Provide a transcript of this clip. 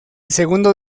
segundo